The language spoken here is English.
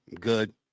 good